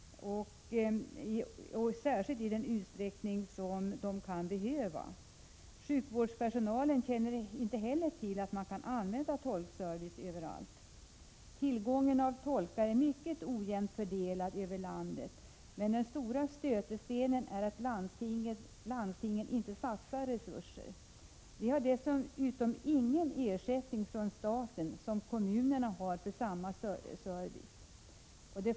Sjukvårdspersonalen å sin sida känner inte heller till att man kan använda tolkservice. Tillgången på tolkar är mycket ojämnt fördelad över landet. Men den stora stötestenen är att landstingen inte satsar resurser. De har dessutom ingen ersättning från staten, som kommunerna har för samma service.